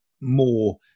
more